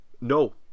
No